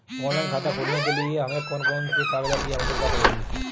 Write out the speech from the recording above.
Online खाता खोलने के लिए हमें कौन कौन से कागजात की आवश्यकता पड़ेगी?